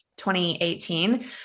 2018